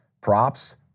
props